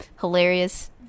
hilarious